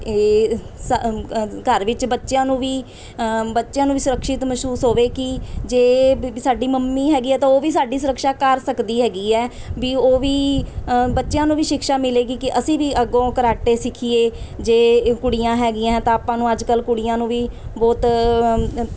ਇਹ ਸ ਘਰ ਵਿੱਚ ਬੱਚਿਆਂ ਨੂੰ ਵੀ ਬੱਚਿਆਂ ਨੂੰ ਵੀ ਸੁਰੱਖਿਅਤ ਮਹਿਸੂਸ ਹੋਵੇ ਕਿ ਜੇ ਬਈ ਸਾਡੀ ਮੰਮੀ ਹੈਗੀ ਹੈ ਤਾਂ ਉਹ ਵੀ ਸਾਡੀ ਸੁਰੱਖਿਆ ਕਰ ਸਕਦੀ ਹੈਗੀ ਹੈ ਵੀ ਉਹ ਵੀ ਬੱਚਿਆਂ ਨੂੰ ਵੀ ਸ਼ਿਕਸ਼ਾ ਮਿਲੇਗੀ ਕਿ ਅਸੀਂ ਵੀ ਅੱਗੋਂ ਕਰਾਟੇ ਸਿੱਖੀਏ ਜੇ ਕੁੜੀਆਂ ਹੈਗੀਆਂ ਤਾਂ ਆਪਾਂ ਨੂੰ ਅੱਜ ਕੱਲ੍ਹ ਕੁੜੀਆਂ ਨੂੰ ਵੀ ਬਹੁਤ